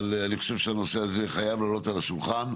אבל אני חושב שהנושא הזה חייב לעלות על השולחן,